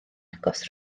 agos